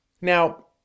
Now